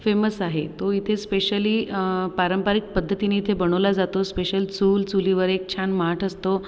famous आहे तो इथे स्पेशली पारंपरिक पद्धतीने इथे बनवला जातो स्पेशल चूल चुलीवर एक छान माठ असतो